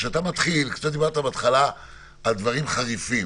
בהתחלה דיברת על דברים חריפים